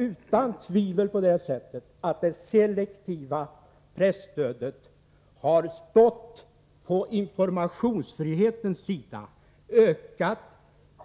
Utan tvivel har det selektiva presstödet stått på informationsfrihetens sida. Det har ökat